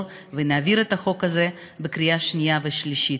ונעביר את החוק הזה בקריאה שנייה ושלישית.